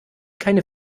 keine